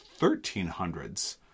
1300s